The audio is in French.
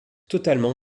totalement